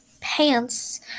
pants